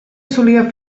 solia